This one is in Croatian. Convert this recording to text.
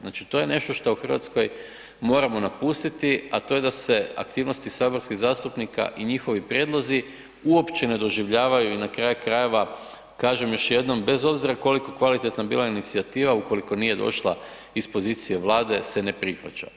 Znači to je nešto što u Hrvatskoj moramo napustiti, a to je da se aktivnosti saborskih zastupnika i njihovi prijedlozi uopće ne doživljavaju na kraju krajeva, kažem, još jednom, bez obzira koliko kvalitetna bila inicijativa, ukoliko nije došla iz pozicije Vlade se ne prihvaća.